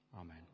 amen